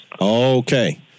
Okay